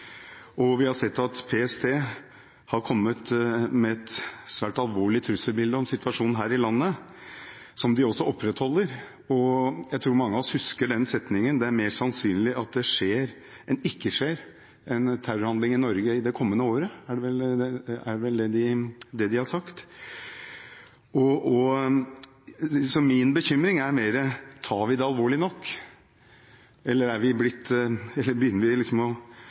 terrornettverk. Vi har sett at PST har kommet med et svært alvorlig trusselbilde når det gjelder situasjonen her i landet, som de også opprettholder, og jeg tror mange av oss husker den setningen: Det er mer sannsynlig at det skjer enn at det ikke skjer en terrorhandling i Norge i det kommende året. Det er vel det de har sagt. Min bekymring er mer om vi tar det alvorlig nok, eller om vi begynner å bli litt «vant til» den situasjonen. Vi